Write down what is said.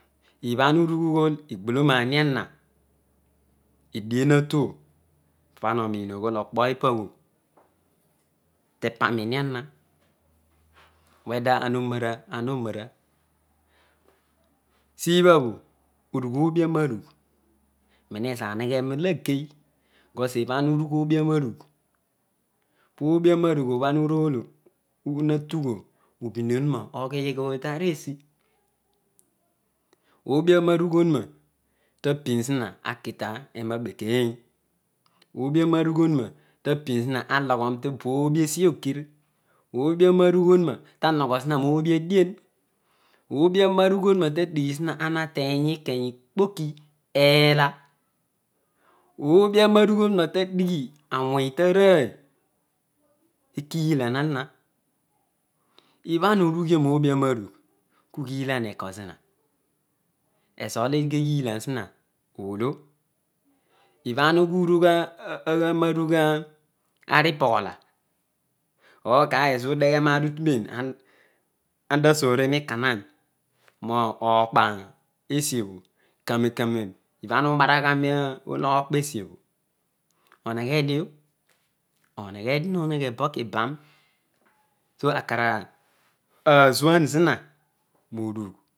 Ibana urugh ughool igholona dio ana edie bho natuoblo pana onina oghool tepani ini ana wethen ana unora ana onara siibhabho orugh oobranarugh nmezo aneghe muagey aio ibha ana ehugh oobi anonugh pobi anarugh obho ana na tugh obho obi onuna oghgul tansi obi aroangul ouna tabin zina aki tena abekein oobi anaru to nuio tabin zina aloghoro to boobi eslogir oobiananugh onuna tanogho zina moobi adien oobi anarugh oluna tadighi zina ateny ikeya ikpoki eela oobi anarugh ouna tadighi awony tarooy ekilan ama ibhana urugh dio noobia narugh kugii lan eko zina? Ezolo kogii lan zina oolo ibha ana ughi urugh ara anarugh ipoghola orga ezobho udeghe naar utuneen omta sore mikanan mookpany tesiobh kanen kanen ubhana ubouaghan nilookpo esiobho odeghedio oneghedio nonegh bonkiban so akarazunu zina morugh